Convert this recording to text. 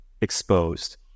exposed